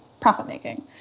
profit-making